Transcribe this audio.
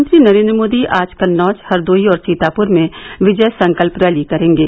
प्रधानमंत्री नरेन्द्र मोदी आज कन्नौज हरदोई और सीताप्र में विजय संकल्प रैली करेंगे